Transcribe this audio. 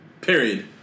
Period